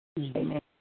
Amen